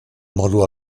moro